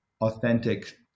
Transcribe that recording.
authentic